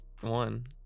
one